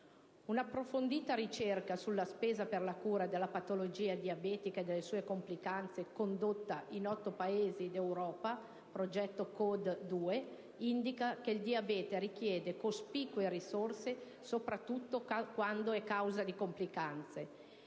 Un'approfondita ricerca sulla spesa per la cura della patologia diabetica e delle sue complicanze condotta in 8 Paesi d'Europa (progetto CODE-2) indica che il diabete richiede cospicue risorse, soprattutto quando è causa di complicanze.